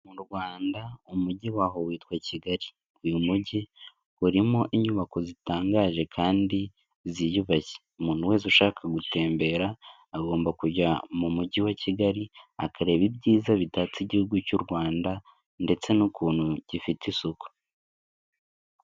Mu Rwanda umujyi wa Huye witwa Kigali, uyu mujyi urimo inyubako zitangaje kandi ziyubashye, umuntu wese ushaka gutembera agomba kujya mu mujyi wa Kigali akareba ibyiza bitatse igihugu cy'u Rwanda ndetse n'ukuntu gifite isuku.